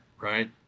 right